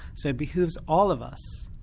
so it behoves all of us,